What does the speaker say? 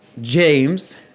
James